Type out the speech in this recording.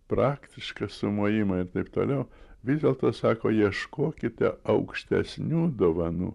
praktišką sumojimą ir taip toliau vis dėlto sako ieškokite aukštesnių dovanų